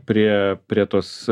prie prie tos